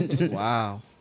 Wow